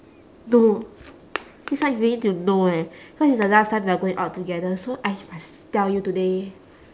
no this one you really need to know eh cause it's the last time we're going out together so I must tell you today